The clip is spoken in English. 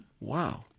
Wow